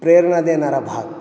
प्रेरणा देेणारा भाग